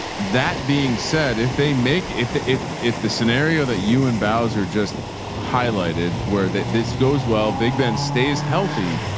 that being said, if they make, if, if, if the scenario that you and bows are just highlighted where the, this goes well, big ben stays healthy.